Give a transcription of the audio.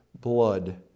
blood